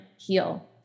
heal